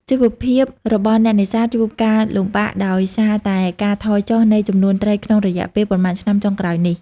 ជីវភាពរបស់អ្នកនេសាទជួបការលំបាកដោយសារតែ ការថយចុះ នៃចំនួនត្រីក្នុងរយៈពេលប៉ុន្មានឆ្នាំចុងក្រោយនេះ។